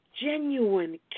genuine